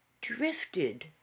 drifted